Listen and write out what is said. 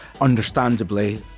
understandably